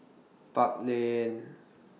Park Lane